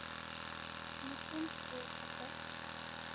ᱧᱩᱛᱩᱢ ᱥᱳᱭ ᱠᱟᱛᱮᱫ